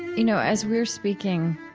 you know, as we were speaking,